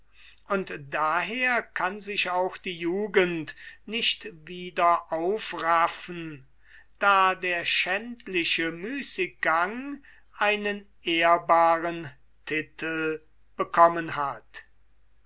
und daher kann sich auch die jugend nicht wieder aufraffen da der schändliche müßiggang einen ehrbaren titel bekommen hat